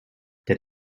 der